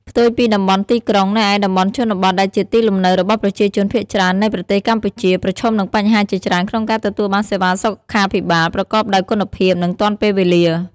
ផ្ទុយពីតំបន់ទីក្រុង នៅឯតំបន់ជនបទដែលជាទីលំនៅរបស់ប្រជាជនភាគច្រើននៃប្រទេសកម្ពុជា ប្រឈមនឹងបញ្ហាជាច្រើនក្នុងការទទួលបានសេវាសុខាភិបាលប្រកបដោយគុណភាព និងទាន់ពេលវេលា។